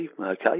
Okay